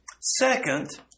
second